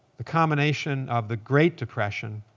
the combination of the great depression,